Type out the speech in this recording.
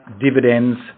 dividends